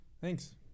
Thanks